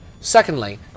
secondly